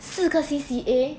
四个 C_C_A